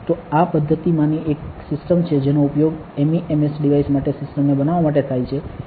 તો આ પદ્ધતિમાની એક સિસ્ટમ છે જેનો ઉપયોગ MEMS ડિવાઇસ માટે સિસ્ટમને બનાવવા માટે થાય છે